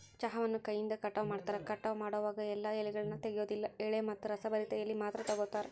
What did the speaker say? ಚಹಾವನ್ನು ಕೈಯಿಂದ ಕಟಾವ ಮಾಡ್ತಾರ, ಕಟಾವ ಮಾಡೋವಾಗ ಎಲ್ಲಾ ಎಲೆಗಳನ್ನ ತೆಗಿಯೋದಿಲ್ಲ ಎಳೆ ಮತ್ತ ರಸಭರಿತ ಎಲಿ ಮಾತ್ರ ತಗೋತಾರ